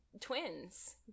twins